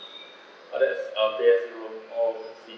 but that's uh package roam oversea